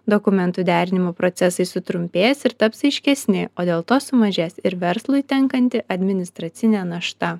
dokumentų derinimo procesai sutrumpės ir taps aiškesni o dėl to sumažės ir verslui tenkanti administracinė našta